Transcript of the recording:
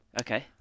Okay